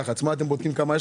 מי בעד, מי נגד, מי נמנע?